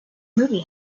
movie